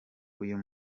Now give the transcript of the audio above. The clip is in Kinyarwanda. uyu